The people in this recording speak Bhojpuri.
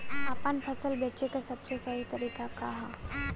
आपन फसल बेचे क सबसे सही तरीका का ह?